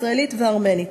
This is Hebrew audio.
ישראלית וארמנית.